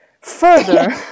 further